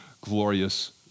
glorious